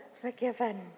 forgiven